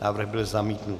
Návrh byl zamítnut.